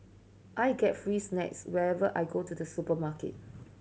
I get free snacks whenever I go to the supermarket